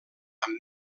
amb